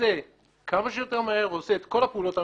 יוצא כמה שיותר מהר ועושה את כל הפעולות על